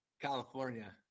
California